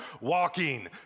walking